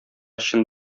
чын